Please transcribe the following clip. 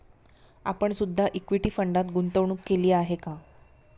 आपण सुद्धा इक्विटी फंडात गुंतवणूक केलेली आहे का?